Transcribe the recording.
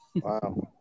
wow